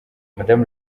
madamu